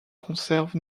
conserve